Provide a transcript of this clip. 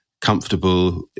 comfortable